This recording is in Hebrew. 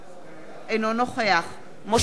אינו נוכח משה גפני,